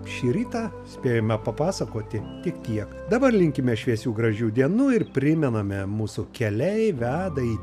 šį rytą spėjome papasakoti tik tiek dabar linkime šviesių gražių dienų ir primename mūsų keliai veda į